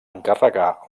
encarregar